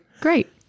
great